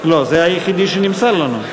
לא, זה היחיד שנמסר לנו.